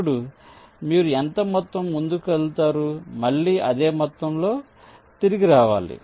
ఇప్పుడు మీరు ఎంత మొత్తం ముందుకు కదులుతారు మళ్ళీ అదే మొత్తంతో తిరిగి రావాలి